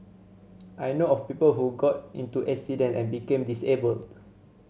I know of people who got into accident and became disabled